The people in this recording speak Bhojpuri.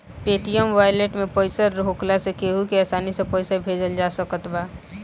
पेटीएम वालेट में पईसा होखला से केहू के आसानी से पईसा भेजल जा सकत बाटे